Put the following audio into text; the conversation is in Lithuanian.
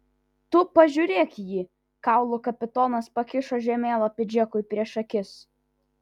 tu pažiūrėk jį kaulų kapitonas pakišo žemėlapį džekui prieš akis